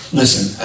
listen